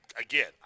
Again